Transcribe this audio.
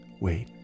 wait